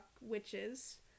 witches